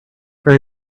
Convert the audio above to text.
very